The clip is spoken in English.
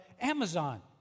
Amazon